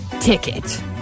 ticket